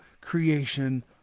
creation